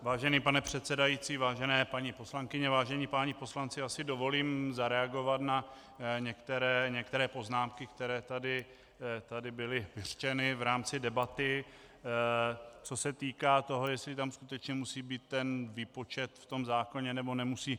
Vážený pane předsedající, vážené paní poslankyně, vážení páni poslanci, dovolím si zareagovat na některé poznámky, které tady byly vyřčeny v rámci debaty, co se týká toho, jestli tam skutečně musí být ten výpočet v tom zákoně, nebo nemusí.